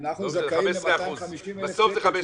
אנחנו זכאים ל-250,000 שקלים כי זה המקסימום.